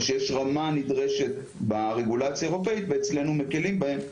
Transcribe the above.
שיש רמה נדרשת ברגולציה האירופית ואצלנו מקילים בהם.